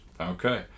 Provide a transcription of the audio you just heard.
Okay